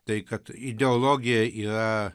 tai kad ideologija yra